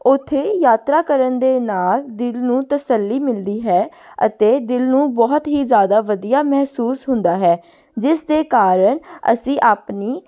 ਉੱਥੇ ਯਾਤਰਾ ਕਰਨ ਦੇ ਨਾਲ ਦਿਲ ਨੂੰ ਤਸੱਲੀ ਮਿਲਦੀ ਹੈ ਅਤੇ ਦਿਲ ਨੂੰ ਬਹੁਤ ਹੀ ਜ਼ਿਆਦਾ ਵਧੀਆ ਮਹਿਸੂਸ ਹੁੰਦਾ ਹੈ ਜਿਸ ਦੇ ਕਾਰਨ ਅਸੀਂ ਆਪਣੀ